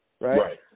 right